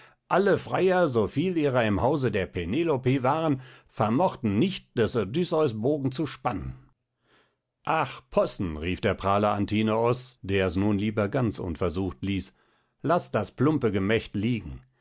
alle freier soviel ihrer im hause der penelope waren vermochten nicht des odysseus bogen zu spannen ach possen rief der prahler antinoos der es nun lieber ganz unversucht ließ laßt das plumpe gemächt liegen